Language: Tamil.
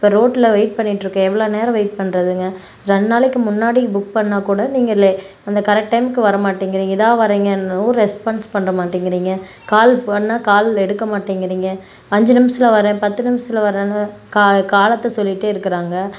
இப்போ ரோட்டில் வெயிட் பண்ணிட்டுருக்கேன் எவ்வளோ நேரம் வெயிட் பண்ணுறதுங்க ரெண்டு நாளைக்கு முன்னாடி புக் பண்ணால் கூட நீங்கள் லேட் அந்த கரெக்ட் டைமுக்கு வர மாட்டேங்கிறீங்க இதோ வர்றேங்கன்னும் ரெஸ்பான்ஸ் பண்ண மாட்டேங்கிறீங்க கால் பண்ணால் கால் எடுக்க மாட்டேங்கிறீங்க அஞ்சு நிமிஷத்தில் வர்றேன் பத்து நிமிஷத்தில் வர்றேன்னு காலத்தை சொல்லிட்டே இருக்குறாங்க